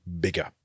bigger